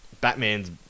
Batman's